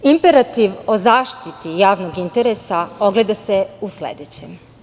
Imperativ o zaštiti javnog interesa ogleda se u sledećem.